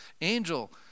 angel